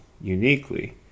uniquely